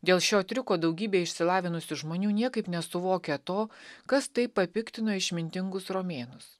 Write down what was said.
dėl šio triuko daugybė išsilavinusių žmonių niekaip nesuvokia to kas taip papiktino išmintingus romėnus